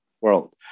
world